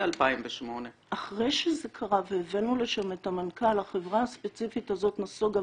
2008. אחרי שזה קרה והבאנו לשם את המנכ"ל החברה הספציפית הזאת נסוגה